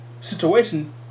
situation